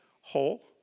whole